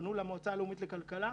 פנו למועצה הלאומית לכלכלה,